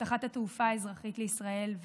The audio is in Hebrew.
באבטחת התעופה האזרחית לישראל,